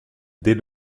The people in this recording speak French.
dès